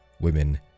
women